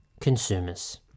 consumers